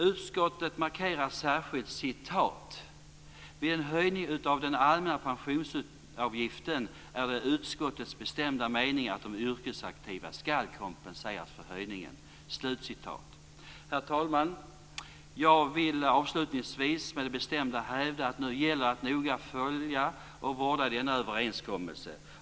Utskottet markerar särskilt: "Vid en höjning av den allmänna pensionsavgiften är det utskottets bestämda mening att de yrkesaktiva skall kompenseras för höjningen." Herr talman! Jag vill avslutningsvis bestämt hävda att det nu gäller att noga följa och vårda denna överenskommelse.